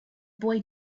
boy